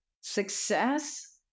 Success